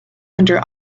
under